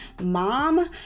mom